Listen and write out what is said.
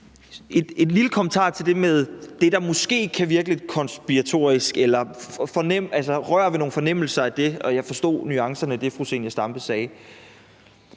en lille kommentar til det der med, at noget måske kan virke lidt konspiratorisk eller rører ved nogle fornemmelser i forhold til det – og jeg forstod nuancerne i det, fru Zenia Stampe sagde.